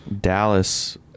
Dallas